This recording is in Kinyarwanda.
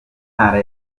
b’intara